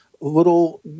little